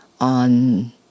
on